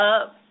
up